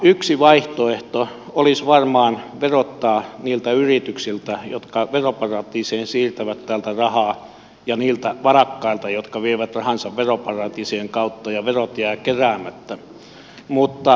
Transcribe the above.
yksi vaihtoehto olisi varmaan verottaa niiltä yrityksiltä jotka veroparatiiseihin siirtävät täältä rahaa ja niiltä varakkailta jotka vievät rahansa veroparatiisien kautta ja joilta verot jäävät keräämättä